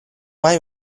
mai